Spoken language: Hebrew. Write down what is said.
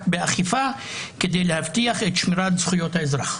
באכיפה כדי להבטיח את שמירת זכויות האזרח,